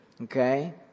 Okay